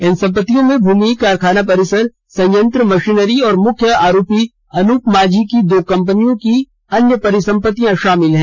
इन संपत्तियों में भूमि कारखाना परिसर संयंत्र मशीनरी और मुख्य आरोपी अनूप माझी की दो कंपनियों की अन्य परिसंपत्तियों शामिल हैं